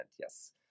Yes